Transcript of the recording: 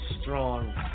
strong